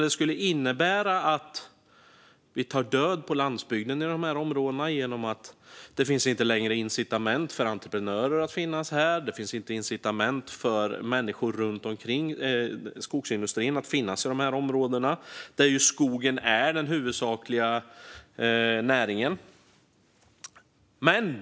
Det skulle innebära att vi tar död på landsbygden i dessa områden genom att det då inte längre finns incitament för entreprenörer att finnas här. Det finns då inte incitament för människor runt skogsindustrin att finnas i dessa områden, där skogen är den huvudsakliga näringen.